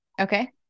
Okay